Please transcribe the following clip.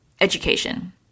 education